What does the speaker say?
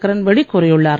கிரண்பேடி கூறியுள்ளார்